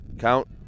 Count